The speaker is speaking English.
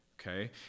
Okay